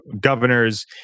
governors